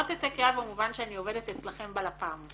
לא תצא קריאה במובן שאני עובדת אצלכם בלפ"מ.